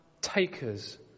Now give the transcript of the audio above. takers